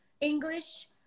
English